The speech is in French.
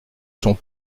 sont